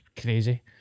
crazy